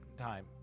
time